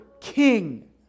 King